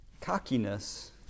Cockiness